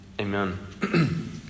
Amen